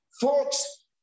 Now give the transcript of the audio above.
Folks